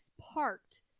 parked